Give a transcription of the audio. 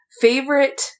Favorite